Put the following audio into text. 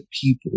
people